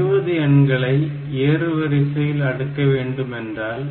20 எண்களை ஏறுவரிசையில் அடுக்க வேண்டும் என்றால்